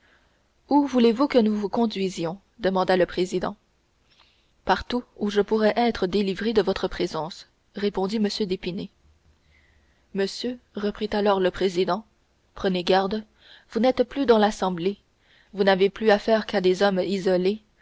où voulez-vous que nous vous reconduisions demanda le président partout où je pourrai être délivré de votre présence répondit m d'épinay monsieur reprit alors le président prenez garde vous n'êtes plus dans l'assemblée vous n'avez plus affaire qu'à des hommes isolés